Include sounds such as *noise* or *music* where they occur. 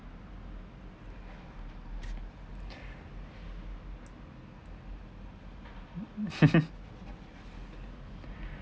*laughs*